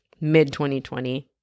mid-2020